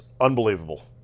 unbelievable